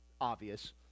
obvious